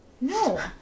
No